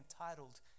entitled